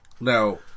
Now